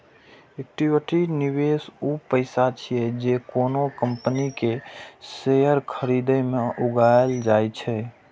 equity निवेश ऊ पैसा छियै, जे कोनो कंपनी के शेयर खरीदे मे लगाएल जाइ छै